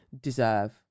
deserve